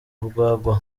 urwagwa